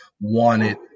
wanted